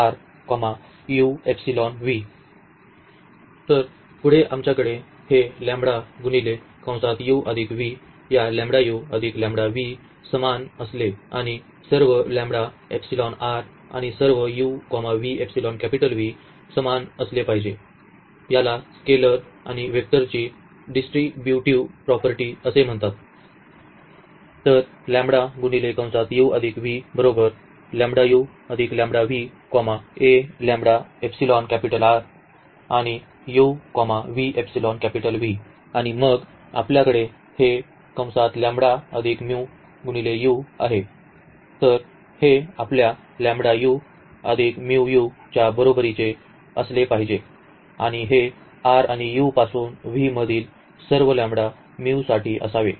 आणि पुढे आमच्याकडे हे या समान असले आणि सर्व आणि सर्व समान असले पाहिजे याला स्केलर्स आणि वेक्टरची डिस्ट्रीब्युटिव्ह प्रॉपर्टी असे म्हणतात आणि मग आपल्याकडे हे आहे तर हे आपल्या च्या बरोबरीचे असले पाहिजे आणि हे R आणि u पासून V मधील सर्व लेम्बडा म्यू साठी असावे